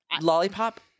lollipop